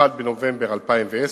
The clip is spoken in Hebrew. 1 בנובמבר 2010,